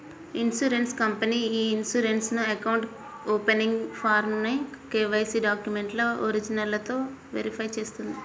insurance company ఇ insurance account opening ఫారమ్ను KYC డాక్యుమెంట్ల ఒరిజినల్లతో వెరిఫై చేస్తుంది